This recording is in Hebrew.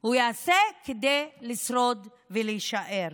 הוא יעשה כדי לשרוד ולהישאר.